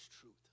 truth